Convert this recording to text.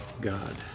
God